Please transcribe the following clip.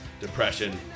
depression